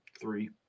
three